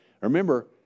Remember